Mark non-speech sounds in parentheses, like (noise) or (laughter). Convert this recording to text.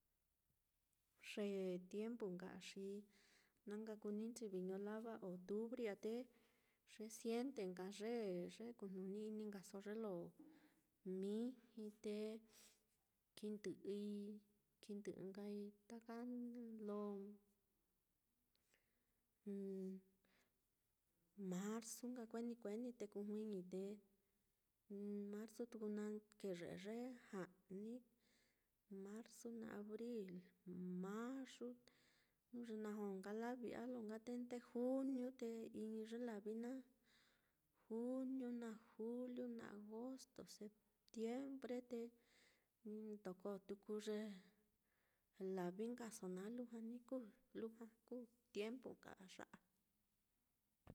Ye tiempu nka a xi na nka kuu ni nchivi ño lava octubri á, te ye siente nka ye-ye kujnuni-ini nka so ye lo miji te kindɨ'ɨi kindɨ'ɨ nkai taka lo (hesitation) marzu kueni kueni te kujuiñi, tem marzu tuku naá, keye'e ye ja'ni marzu naá, abril, mayu jnu ye na jó nka lavi a lo nka te nde juniu te iñi ye lavi naá, juniu naá, juliu naá, agosto, septiembre, te ni ndoko tuku ye lavi nkaso naá lujua ni kuu, lujua kuu tiempu nka á ya á.